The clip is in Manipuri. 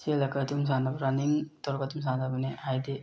ꯆꯦꯜꯂꯒ ꯑꯗꯨꯝ ꯁꯥꯟꯅꯕ ꯔꯟꯅꯤꯡ ꯇꯧꯔꯒ ꯑꯗꯨꯝ ꯁꯥꯟꯅꯕꯅꯤ ꯍꯥꯏꯗꯤ